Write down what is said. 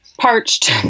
parched